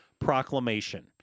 Proclamation